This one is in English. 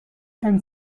and